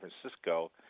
Francisco